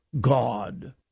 God